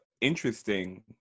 interesting